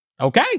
Okay